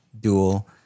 dual